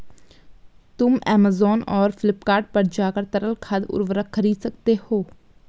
तुम ऐमेज़ॉन और फ्लिपकार्ट पर जाकर तरल खाद उर्वरक खरीद सकते हो